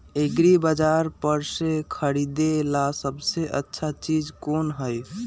एग्रिबाजार पर से खरीदे ला सबसे अच्छा चीज कोन हई?